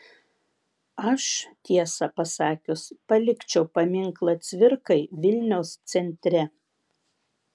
aš tiesą pasakius palikčiau paminklą cvirkai vilniaus centre